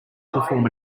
perform